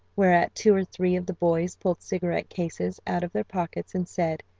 whereat two or three of the boys pulled cigarette cases out of their pockets, and said,